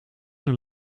een